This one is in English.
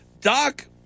Doc